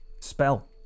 spell